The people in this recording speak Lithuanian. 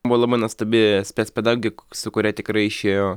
buvo labai nuostabi spec pedagogė su kuria tikrai išėjo